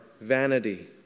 vanity